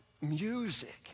music